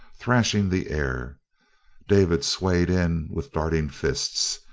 thrashing the air david swayed in with darting fists.